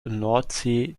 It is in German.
nordsee